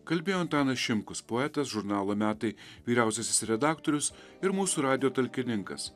kalbėjo antanas šimkus poetas žurnalo metai vyriausiasis redaktorius ir mūsų radijo talkininkas